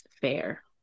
fair